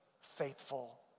faithful